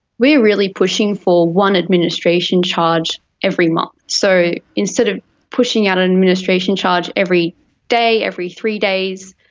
we are really pushing for one administration charge every month. so instead of pushing out an administration charge every day, every three days,